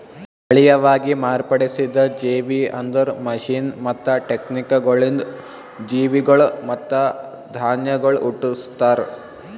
ತಳಿಯವಾಗಿ ಮಾರ್ಪಡಿಸಿದ ಜೇವಿ ಅಂದುರ್ ಮಷೀನ್ ಮತ್ತ ಟೆಕ್ನಿಕಗೊಳಿಂದ್ ಜೀವಿಗೊಳ್ ಮತ್ತ ಧಾನ್ಯಗೊಳ್ ಹುಟ್ಟುಸ್ತಾರ್